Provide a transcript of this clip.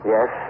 Yes